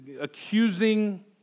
accusing